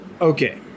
Okay